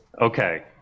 okay